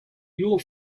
your